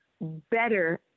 better